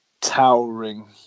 towering